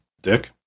Dick